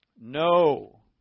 No